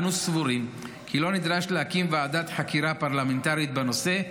אנו סבורים כי לא נדרש להקים ועדת חקירה פרלמנטרית בנושא.